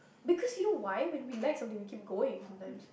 because you know why when we like something we keep going sometimes